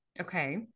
Okay